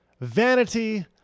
Vanity